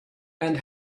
and